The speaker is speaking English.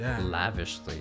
lavishly